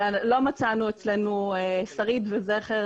ולא מצאנו אצלנו שריד וזכר